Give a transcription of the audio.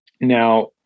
Now